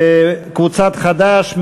קבוצת חד"ש.